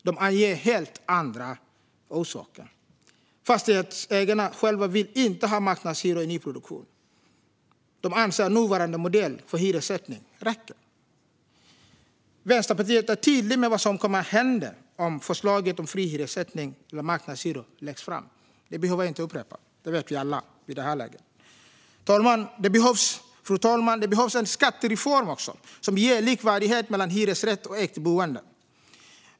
De anger helt andra orsaker. Fastighetsägarna själva vill inte ha marknadshyror i nyproduktion. De anser att nuvarande modell för hyressättning räcker. Vänsterpartiet är tydligt med vad som kommer att hända om förslaget om fri hyressättning eller marknadshyror läggs fram. Det behöver jag inte upprepa. Det vet vi alla vid det här laget. Fru talman! Det behövs också en skattereform som ger likvärdighet mellan hyresrätt och ägt boende.